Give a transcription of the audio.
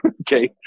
Okay